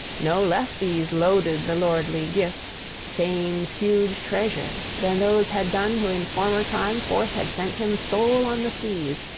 no less these loaded the lordly gifts, thanes' huge treasure, than those had done who in former time forth had sent him sole on the seas,